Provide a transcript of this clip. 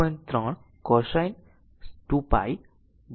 3 milli ampere